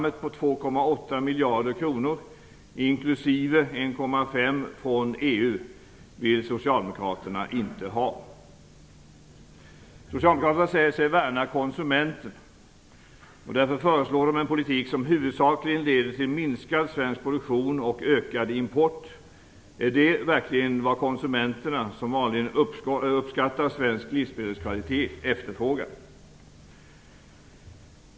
1,5 från EU vill socialdemokraterna inte ha. Socialdemokraterna säger sig värna konsumenterna. Därför föreslår de en politik som huvudsakligen leder till minskad svensk produktion och ökad import. Är det verkligen vad konsumenterna, som vanligen uppskattar svensk livsmedelskvalitet, efterfrågar?